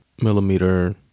millimeter